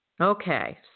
Okay